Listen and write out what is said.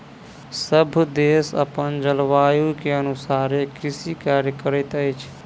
सभ देश अपन जलवायु के अनुसारे कृषि कार्य करैत अछि